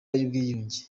y’ubwiyunge